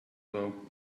well